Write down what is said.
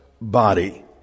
body